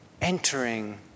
entering